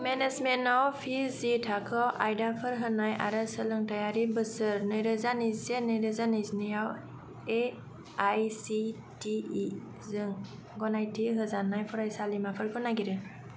मेनेजमेन्टआव P G थाखोआव आयदाफोर होनाय आरो सोलोंथायारि बोसोर नैरोजा नैजिसे नैरोजा नैजिनैआव A I C T E जों गनायथि होजानाय फरायसालिमाफोरखौ नागिर